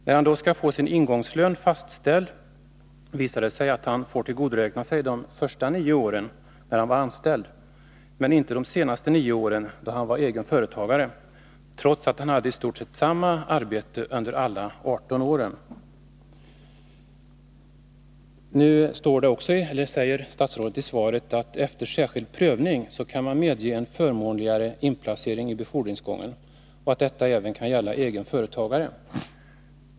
När han sedan skall få ingångslönen fastställd visar det sig att han får tillgodoräkna sig de första nio åren, när han var anställd, meninte de senaste nio åren, då han var egen företagare — trots att han hade i stort sett samma arbete under alla 18 åren. Statsrådet anför i svaret att man efter särskild prövning kan medge förmånligare inplacering i befordringsgången och att det även kan gälla egen företagare.